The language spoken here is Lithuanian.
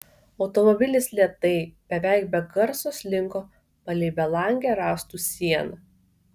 automobilis lėtai beveik be garso slinko palei belangę rąstų sieną